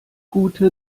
gute